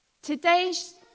Today's